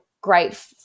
great